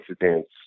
incidents